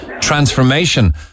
transformation